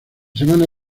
semana